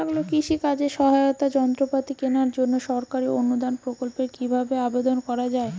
কৃষি কাজে সহায়তার যন্ত্রপাতি কেনার জন্য সরকারি অনুদান প্রকল্পে কীভাবে আবেদন করা য়ায়?